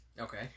Okay